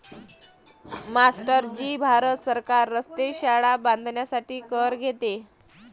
master ji Bharat सरकार रस्ते, शाळा बांधण्यासाठी कर घेते